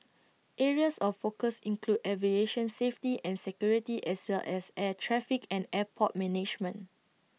areas of focus include aviation safety and security as well as air traffic and airport management